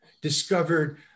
discovered